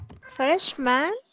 Freshman